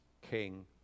king